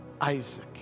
Isaac